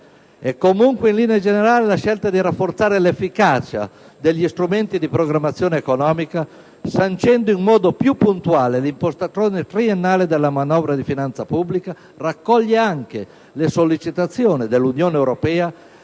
Comunque, in linea generale, la scelta di rafforzare l'efficacia degli strumenti di programmazione economica, sancendo in modo più puntuale l'impostazione triennale della manovra di finanza pubblica, raccoglie anche le sollecitazioni dell'Unione europea